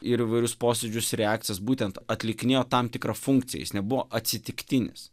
ir įvairius posėdžius reakcijas būtent atlikinėjo tam tikrą funkciją jis nebuvo atsitiktinis